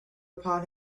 upon